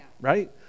right